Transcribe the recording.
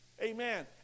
Amen